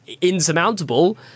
insurmountable